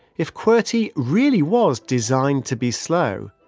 if qwerty really was designed to be slow,